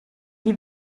gli